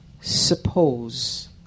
suppose